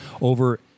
over